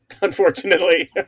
unfortunately